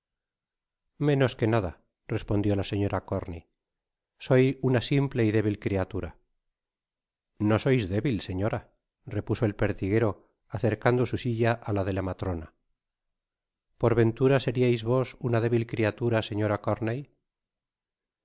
menas que hadarespondió la señora corney soy una siwptie y débil criatura rr io sois débil señora repuso el pertiguero acercando su silla á la de la matrona por ventura seriais vos una débil cria tura señora